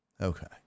Okay